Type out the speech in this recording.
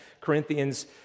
Corinthians